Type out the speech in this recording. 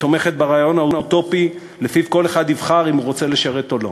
שתומכת ברעיון האוטופי שלפיו כל אחד יבחר אם הוא רוצה לשרת או לא.